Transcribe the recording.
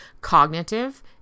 cognitive